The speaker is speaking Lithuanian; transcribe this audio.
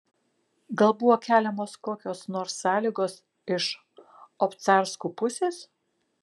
gal buvo keliamos kokios nors sąlygos iš obcarskų pusės